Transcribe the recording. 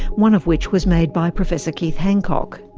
one of which was made by professor keith hancock.